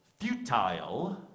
Futile